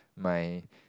my